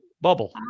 bubble